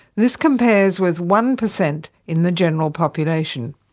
this compares with one percent in the general population.